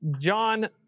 John